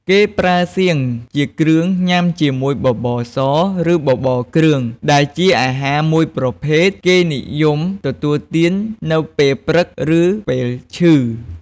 គេប្រើសៀង ជាគ្រឿងញុំាជាមួយបបរ ស ឬ បបរគ្រឿង ដែលជាអាហារមួយប្រភេទ គេនិយមទទួលទាននៅពេលព្រឺក ឬ ពេលឈឹ។